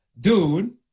Dude